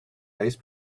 eyes